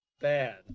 bad